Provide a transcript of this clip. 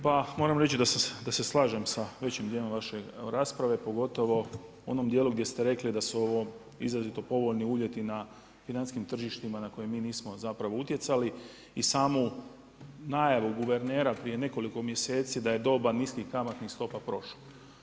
Pa moram reći da se slažem sa većim dijelom vaše rasprave, pogotovo u onom dijelu gdje ste rekli da su ovo izrazito povoljni uvjeti na financijskim tržištima na koje mi nismo zapravo utjecali i samu najavu guvernera prije nekoliko mjeseci da je doba niskih kamatnih stopa prošlo.